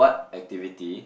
activity